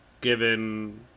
Given